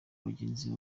abagenzi